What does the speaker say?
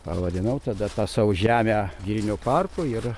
pavadinau tada tą savo žemę girinio parku ir